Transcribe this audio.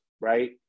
Right